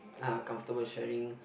uh comfortable sharing